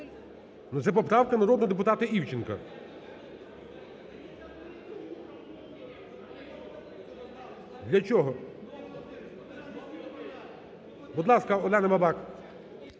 Це поправка народного депутата Івченка. Для чого? Будь ласка, Олена Бабак.